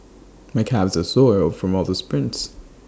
my calves are sore from all the sprints